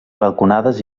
balconades